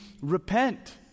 repent